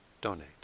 donate